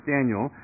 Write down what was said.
Daniel